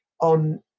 on